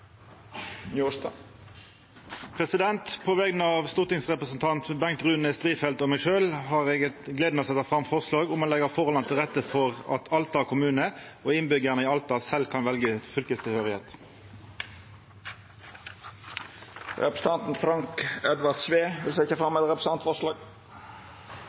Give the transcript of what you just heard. På vegner av stortingsrepresentanten Bengt Rune Strifeldt og meg sjølv har eg gleda av å setja fram eit forslag om å leggja forholda til rette for at Alta kommune og innbyggjarane i Alta sjølve kan velja fylkestilhøyrsle. Representanten Frank Edvard Sve vil